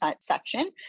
section